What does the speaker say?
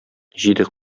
җиде